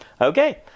Okay